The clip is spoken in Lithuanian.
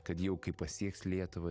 kad jau kai pasieks lietuvą